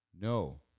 No